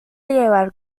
llevar